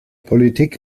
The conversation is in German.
politik